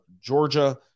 Georgia